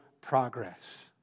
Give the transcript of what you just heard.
progress